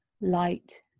light